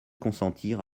consentir